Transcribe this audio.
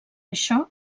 això